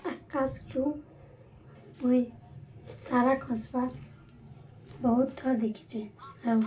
ଆକାଶରୁ ମୁଇଁ ତାରା ଖସ୍ବାର୍ ବହୁତ ଥର ଦେଖିଛେ ଆଉ